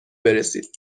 برسید